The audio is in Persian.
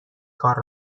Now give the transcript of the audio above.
کار